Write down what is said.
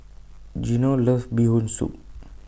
Geno loves Bee Hoon Soup